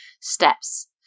steps